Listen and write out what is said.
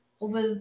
Over